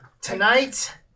Tonight